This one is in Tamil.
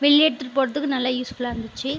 வெளியே எடுத்து போகிறதுக்கு நல்ல யூஸ்ஃபுல்லாக இருந்துச்சு